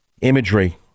imagery